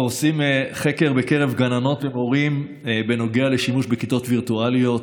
אנחנו עושים סקר בקרב גננות ומורים בנוגע לשימוש בכיתות וירטואליות,